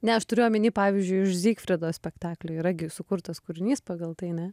ne aš turiu omeny pavyzdžiui iš zygfrido spektaklio yra gi sukurtas kūrinys pagal tai ne